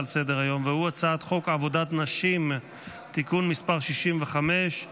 אני קובע כי הצעת חוק הביטוח הלאומי (תיקון מס' 249)